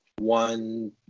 one